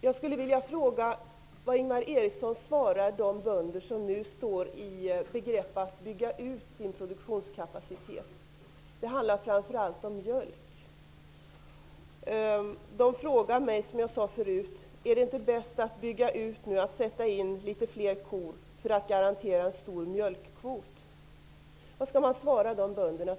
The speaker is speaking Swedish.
Jag skulle vilja fråga vad Ingvar Eriksson svarar de bönder som nu står i begrepp att bygga ut sin produktionskapacitet. Det handlar framför allt om mjölk. Som jag sade förut frågar dessa bönder mig om det inte är bäst att bygga ut nu, att sätta in litet fler kor för att garantera en stor mjölkkvot. Vad tycker Ingvar Eriksson att man skall svara de bönderna?